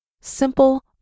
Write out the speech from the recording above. Simple